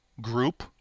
group